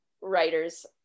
writers